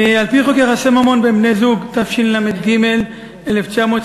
בחוק יחסי ממון בין בני-זוג, התשל"ג 1973,